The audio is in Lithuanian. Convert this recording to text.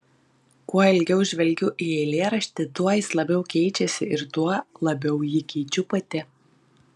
kuo ilgiau žvelgiu į eilėraštį tuo jis labiau keičiasi ir tuo labiau jį keičiu pati